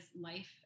life